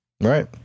Right